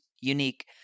unique